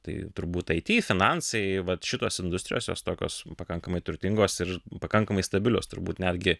tai turbūt it finansai vat šitos industrijos jos tokios pakankamai turtingos ir pakankamai stabilios turbūt netgi